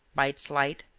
by its light,